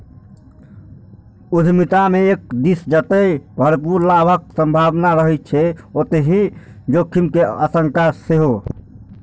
उद्यमिता मे एक दिस जतय भरपूर लाभक संभावना रहै छै, ओतहि जोखिम के आशंका सेहो